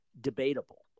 debatable